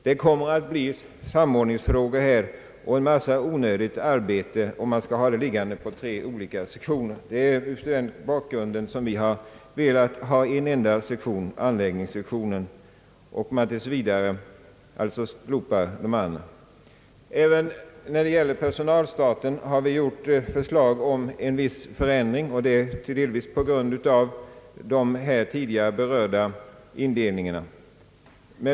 Det kommer att bli samordningsfrågor och en massa onödigt arbete om man skall ha dessa ärenden liggande på tre olika sektioner. Det är mot den bakgrunden som vi velat ha en enda sektion, anläggningssektionen, och att de andra tills vidare skulle slopas. Även när det gäller personalstaten har vi föreslagit en viss förändring, delvis på grund av de här tidigare berörda indelningarna.